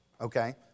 okay